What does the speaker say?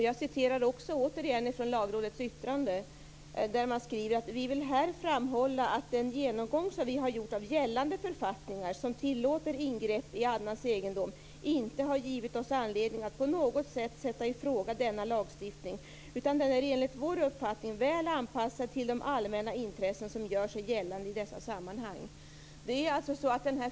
Jag citerar återigen från Lagrådets yttrande, där man skriver så här: "Vi vill här framhålla att den genomgång som vi har gjort av gällande författningar som tillåter ingrepp i annans egendom inte har givit oss anledning att på något sätt sätta i fråga denna lagstiftning utan den är enligt vår uppfattning väl anpassad till de allmänna intressen som gör sig gällande i dessa sammanhang."